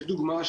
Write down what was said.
לדוגמא,